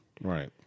Right